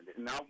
Now